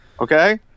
okay